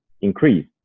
increase